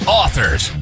authors